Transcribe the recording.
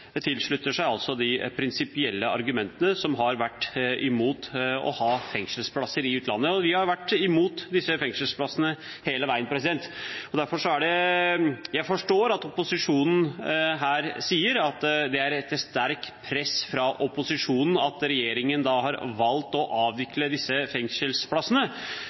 tilslutter seg de prinsipielle argumentene der man har vært mot å ha fengselsplasser i utlandet. Vi har vært mot disse fengselsplassene hele tiden. Jeg forstår at opposisjonen sier at det er etter sterkt press fra opposisjonen at regjeringen har valgt å avvikle disse fengselsplassene,